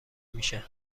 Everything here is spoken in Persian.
میشن